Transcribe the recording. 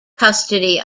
custody